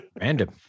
Random